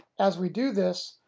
as we do this,